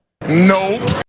Nope